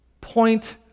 point